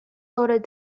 loaded